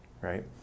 Right